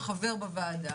שהוא חבר בוועדה,